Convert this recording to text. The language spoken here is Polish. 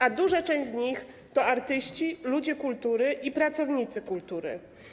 A duża część z nich to artyści, ludzie kultury i pracownicy kultury.